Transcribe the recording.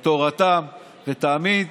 על תורתם, ותמיד